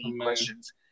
questions